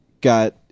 got